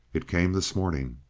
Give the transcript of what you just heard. it came this morning.